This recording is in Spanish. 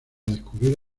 descubrir